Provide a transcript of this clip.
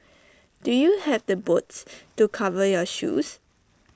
do you have the boots to cover your shoes